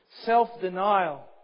self-denial